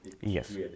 Yes